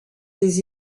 des